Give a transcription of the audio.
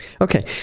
Okay